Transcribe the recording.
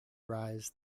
rise